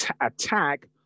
attack